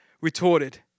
retorted